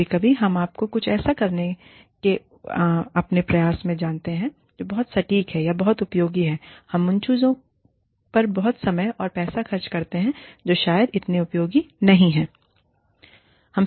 कभी कभी हम आपको कुछ ऐसा करने के अपने प्रयास में जानते हैं जो बहुत सटीक है या बहुत उपयोगी है हम उन चीजों पर बहुत समय और पैसा खर्च करते हैं जो शायद इतने उपयोगी नहीं हैं